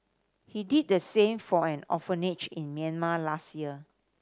he did the same for an orphanage in Myanmar last year